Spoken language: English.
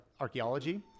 archaeology